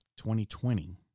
2020